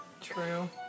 True